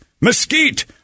mesquite